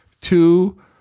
two